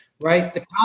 right